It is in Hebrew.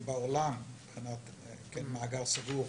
בעולם מבחינת מאגר סגור.